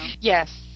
Yes